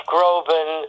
Groban